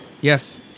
Yes